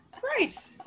Great